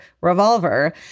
revolver